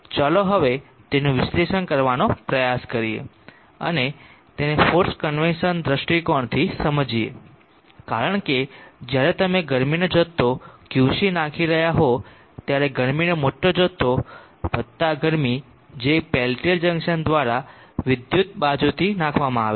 ચાલો હવે તેનું વિશ્લેષણ કરવાનો પ્રયાસ કરીએ અને તેને ફોર્સ્ડ કન્વેકસન દૃષ્ટિકોણથી સમજીએ કારણ કે જ્યારે તમે ગરમીનો જથ્થો Qc નાંખી રહ્યા હો ત્યારે ગરમીનો મોટો જથ્થો વત્તા ગરમી જે પેલ્ટીયર જંકશન દ્વારા વિદ્યુત બાજુથી નાખવામાં આવે છે